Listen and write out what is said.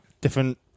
different